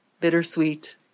Bittersweet